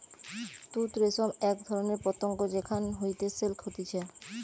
তুত রেশম এক ধরণের পতঙ্গ যেখান হইতে সিল্ক হতিছে